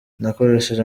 nakoresheje